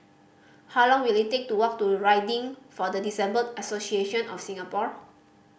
how long will it take to walk to Riding for the Disabled Association of Singapore